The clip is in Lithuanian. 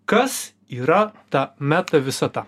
kas yra ta meto visata